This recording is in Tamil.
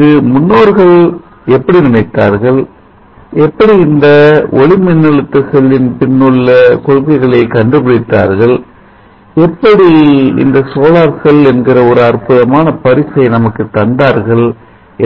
இது முன்னோர்கள் எப்படி நினைத்தார்கள் எப்படி இந்த ஒளிமின்னழுத்த செல்லின் பின்னுள்ள கொள்கைகளை கண்டுபிடித்தார்கள் எப்படி இந்த சோலார் செல் என்கிற ஒரு அற்புதமான பரிசை நமக்குத் தந்தார்கள்